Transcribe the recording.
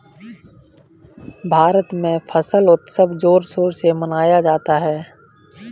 भारत में फसल उत्सव जोर शोर से मनाया जाता है